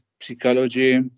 psychology